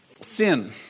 Sin